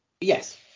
yes